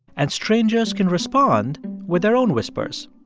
and strangers can respond with their own whispers.